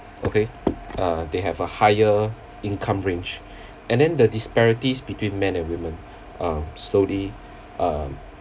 okay uh they have a higher income range and then the disparities between men and women um slowly um